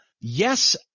yes